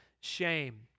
shame